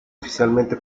oficialmente